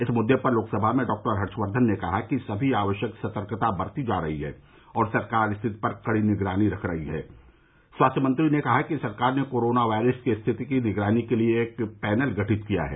इस मुद्दे पर लोकसभा में डॉक्टर हर्षवर्धन ने कहा कि सभी आवश्यक सतर्कता बरती जा रही है और सरकार स्थिति पर कड़ी निगरानी रख रही है स्वास्थ्य मंत्री ने कहा कि सरकार ने कोरोना वायरस की स्थिति की निगरानी के लिए एक पैनल गठित किया है